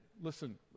listen